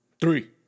Three